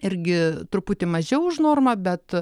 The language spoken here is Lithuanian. irgi truputį mažiau už normą bet